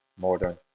modern